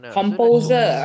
composer